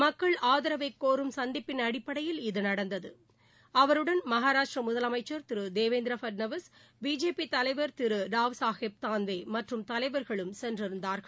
மக்கள் ஆதரவைக் கோரும் சந்திப்பின் அடிப்படையில் இது நடந்தது அவருடன் மகாராஷ்டிர முதலமைச்சர் திரு தேவேந்திர பட்நாவிஸ் பிஜேபி தலைவர் திரு ராவ் சாஹேப் தான்வே மற்றும் தலைவர்களும் சென்றிருந்தார்கள்